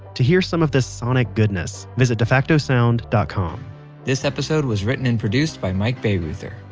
to hear some of this sonic goodness, visit defacto sound dot com this episode was written and produced by mike baireuther.